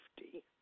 safety